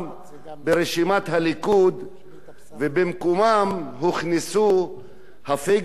הליכוד ובמקומם הוכנסו הפייגלינים למיניהם,